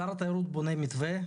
שר התיירות בונה מתווה,